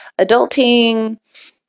adulting